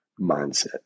mindset